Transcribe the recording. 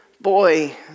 boy